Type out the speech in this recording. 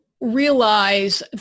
realize